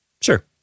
Sure